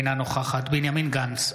אינו נוכח בנימין גנץ,